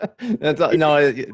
No